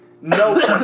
no